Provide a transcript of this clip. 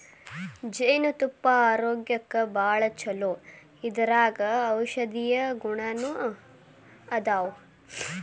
ಜೇನತುಪ್ಪಾ ಆರೋಗ್ಯಕ್ಕ ಭಾಳ ಚುಲೊ ಇದರಾಗ ಔಷದೇಯ ಗುಣಾನು ಅದಾವ